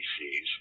species